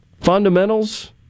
fundamentals